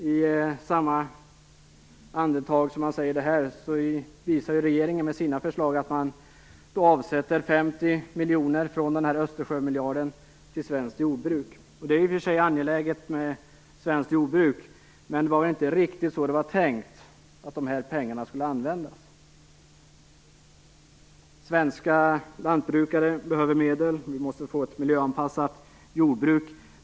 I samma andetag som man säger så, visar regeringen med sina förslag att man avsätter 50 miljoner kronor från Östersjömiljarden till svenskt jordbruk. Det är i och för sig angeläget med svenskt jordbruk, men det var väl inte riktigt så det var tänkt att de här pengarna skulle användas. Svenska lantbrukare behöver medel. Vi måste få ett miljöanpassat jordbruk.